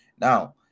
Now